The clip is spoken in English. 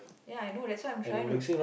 ya I know that's why I'm trying to